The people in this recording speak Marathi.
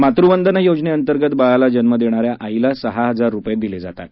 मातृ वंदना योजनेअंतर्गत बाळाला जन्म देणाऱ्या आईला सहा हजार रुपये दिले जातात